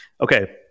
Okay